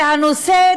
והנושא,